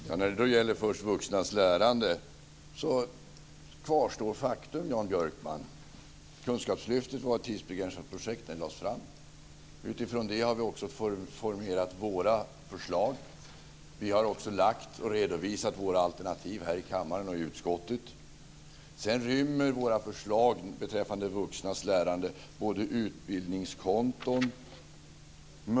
Fru talman! Faktum kvarstår, Jan Björkman, när det gäller vuxnas lärande. Kunskapslyftet var ett tidsbegränsat projekt när det lades fram. Utifrån det har vi formulerat våra förslag. Vi har också lagt fram och redovisat våra alternativ här i kammaren och i utskottet. Våra förslag beträffande vuxnas lärande rymmer utbildningskonton.